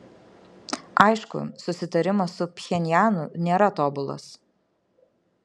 aišku susitarimas su pchenjanu nėra tobulas